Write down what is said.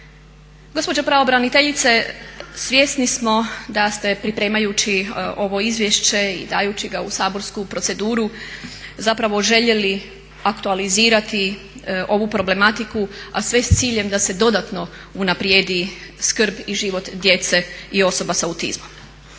Gospođo pravobraniteljice svjesni smo da ste pripremajući ovo izvješće i dajući ga u saborsku proceduru zapravo željeli aktualizirati ovu problematiku a sve s ciljem da se dodatno unaprijedi skrb i život djece i osoba sa autizmom.